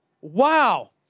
Wow